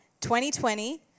2020